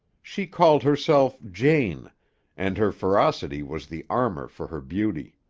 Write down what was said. she called herself jane and her ferocity was the armor for her beauty.